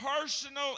personal